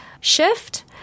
shift